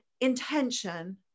intention